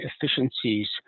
efficiencies